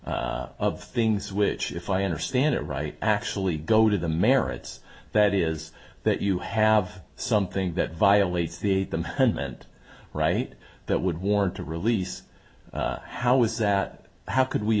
of things which if i understand it right actually go to the merits that is that you have something that violates the them hunt meant right that would warrant a release how is that how could we